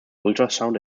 ultrasound